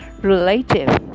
relative